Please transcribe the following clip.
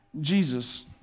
Jesus